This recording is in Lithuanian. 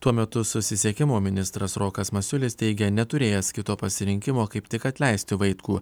tuo metu susisiekimo ministras rokas masiulis teigė neturėjęs kito pasirinkimo kaip tik atleisti vaitkų